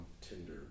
Tinder